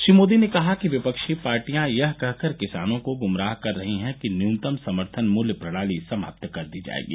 श्री मोदी ने कहा कि विपक्षी पार्टियां यह कहकर किसानों को गुमराह कर रही हैं कि न्यूनतम समर्थन मूल्य प्रणाली समाप्त कर दी जाएगी